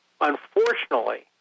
Unfortunately